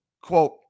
Quote